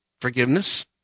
forgiveness